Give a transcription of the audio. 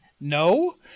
no